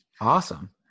Awesome